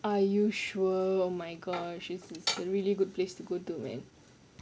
are you sure oh my gosh she it's really a good place to go to man